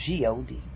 god